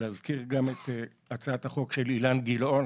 להזכיר גם את הצעת החוק של אילן גילאון